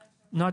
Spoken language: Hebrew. נעה,